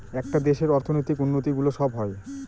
একটা দেশের অর্থনৈতিক উন্নতি গুলো সব হয়